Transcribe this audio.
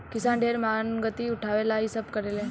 किसान ढेर मानगती उठावे ला इ सब करेले